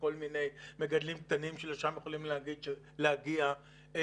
מגדלים זנים שיכולים להגיע לשם.